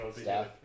Staff